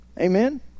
Amen